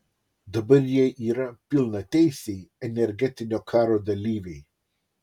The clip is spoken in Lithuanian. dabar jie yra pilnateisiai energetinio karo dalyviai